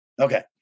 Okay